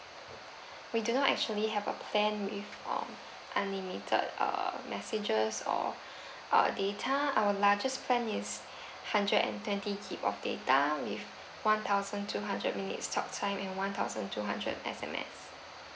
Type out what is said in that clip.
we do not actually have a plan with uh unlimited err messages or uh data our largest plan is hundred and twenty gig of data with one thousand two hundred minutes talk time and one thousand two hundred S_M_S